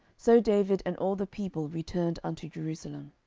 so david and all the people returned unto jerusalem.